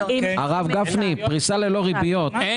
--- הרב גפני, פריסה ללא ריביות, זה חשוב מאוד.